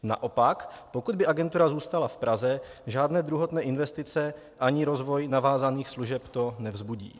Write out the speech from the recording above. Naopak, pokud by agentura zůstala v Praze, žádné druhotné investice ani rozvoj navázaných služeb to nevzbudí.